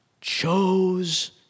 chose